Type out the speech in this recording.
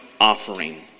offering